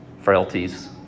frailties